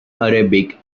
arabic